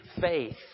faith